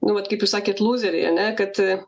nu vat kaip jūs sakėt lūzeriai ane kad